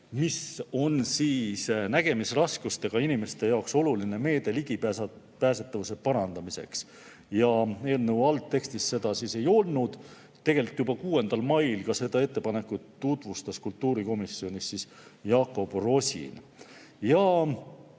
mis on nägemisraskustega inimeste jaoks oluline meede ligipääsetavuse parandamiseks. Eelnõu algtekstis seda ei olnud. Tegelikult juba 6. mail seda ettepanekut tutvustas kultuurikomisjonis Jakob Rosin.